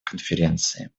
конференции